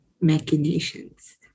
machinations